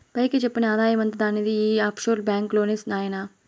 పైకి చెప్పని ఆదాయమంతా దానిది ఈ ఆఫ్షోర్ బాంక్ లోనే నాయినా